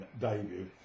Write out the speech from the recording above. debut